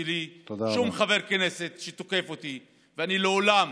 שום חבר כנסת שתוקף אותי לא שווה התייחסות שלי.